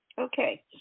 okay